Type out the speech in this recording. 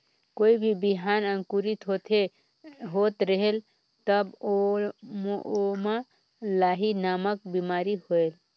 कोई भी बिहान अंकुरित होत रेहेल तब ओमा लाही नामक बिमारी होयल?